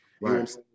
right